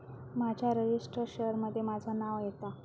माझ्या registered share मध्ये माझा नाव येता